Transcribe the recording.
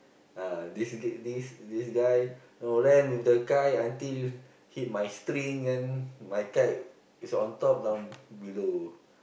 uh this this this guy you know ran with the kite until hit my string then my kite is on top now below